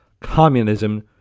communism